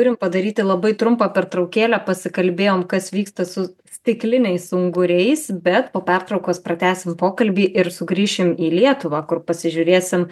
turim padaryti labai trumpą pertraukėlę pasikalbėjom kas vyksta su stikliniais unguriais bet po pertraukos pratęsim pokalbį ir sugrįšim į lietuvą kur pasižiūrėsim